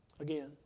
again